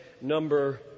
number